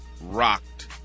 rocked